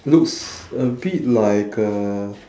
looks a bit like uh